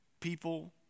People